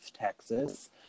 Texas